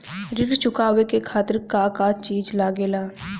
ऋण चुकावे के खातिर का का चिज लागेला?